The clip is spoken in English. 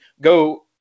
go –